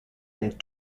and